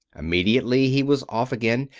immediately he was off again.